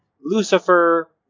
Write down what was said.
Lucifer